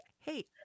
hey